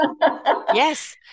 Yes